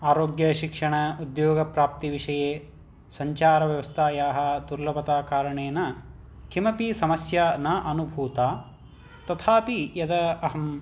आरोग्यशिक्षण उद्योगप्राप्तिविषये संचारव्यवस्थायाः दुर्लभताकारणेन किमपि समस्या न अनुभूता तथापि यदा अहम्